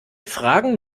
fragen